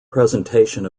presentation